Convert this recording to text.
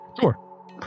sure